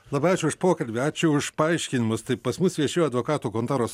labai ačiū už pokalbį ačiū už paaiškinimus tai pas mus viešėjo advokatų kontoros